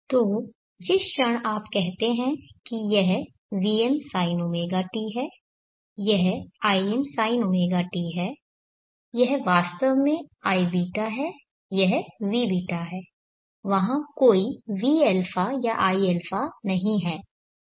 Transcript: तो जिस क्षण आप कहते हैं कि यह vm sinωt है यह im sinωt है यह वास्तव में iβ है यह vβ है वहाँ कोई vα या iα नहीं है